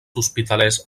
hospitalers